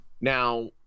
now